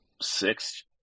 six